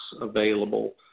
available